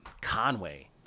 Conway